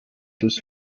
bis